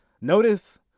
notice